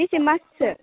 बेसे माससो